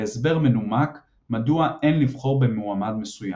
בהסבר מנומק מדוע אין לבחור במועמד מסוים.